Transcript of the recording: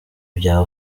bya